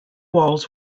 walls